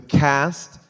cast